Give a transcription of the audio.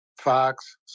Fox